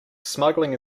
smuggling